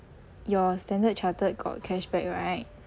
your Standard Chartered got cashback right